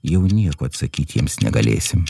jau nieko atsakyti jiems negalėsim